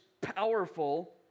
powerful